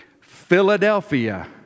Philadelphia